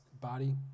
body